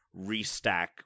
restack